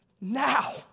now